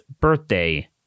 birthday